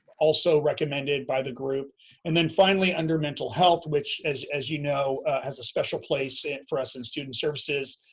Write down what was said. also recommended by the group. and then finally, under mental health, which as as you know has a special place and for us in student services,